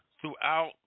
throughout